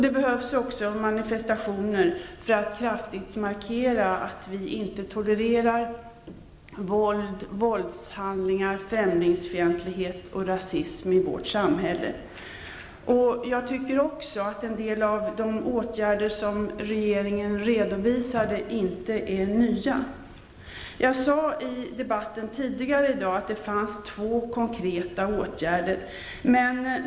Det behövs även manifestationer för att kraftigt markera att vi inte tolerar våld, våldshandlingar, främlingsfientlighet och rasism i vårt samhälle. En del av de åtgärder som regeringen redovisar är inte nya. Jag sade i debatten tidigare i dag att det fanns två konkreta åtgärder.